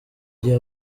gihe